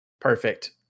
Perfect